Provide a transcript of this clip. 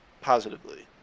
positively